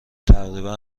تقریبا